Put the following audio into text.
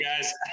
guys